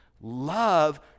love